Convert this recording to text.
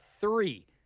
three